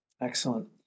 Excellent